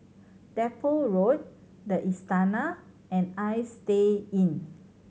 Depot Road The Istana and Istay Inn